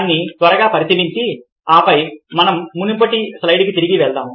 దాన్ని త్వరగా పరిశీలించి ఆపై మనం మునుపటి స్లయిడ్కి తిరిగి వెళ్దాం